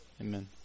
Amen